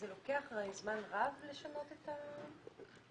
זה לוקח זמן רב לשנות את המין?